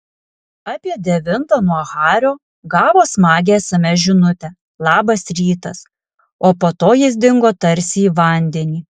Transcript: apie devintą nuo hario gavo smagią sms žinutę labas rytas o po to jis dingo tarsi į vandenį